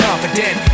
Confident